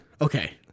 okay